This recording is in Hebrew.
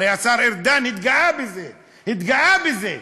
הרי השר ארדן התגאה בזה, התגאה בזה.